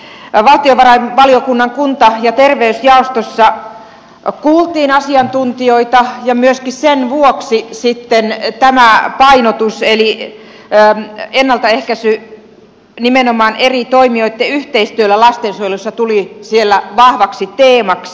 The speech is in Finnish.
tuolla valtiovarainvaliokunnan kunta ja terveysjaostossa kuultiin asiantuntijoita ja myöskin sen vuoksi tämä painotus eli ennaltaehkäisy nimenomaan eri toimijoitten yhteistyöllä lastensuojelussa tuli siellä vahvaksi teemaksi